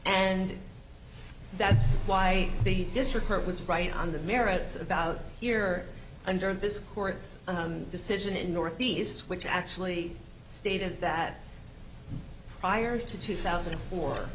and that's why the district court was right on the merits about here under this court's decision in northeast which actually stated that prior to two thousand and four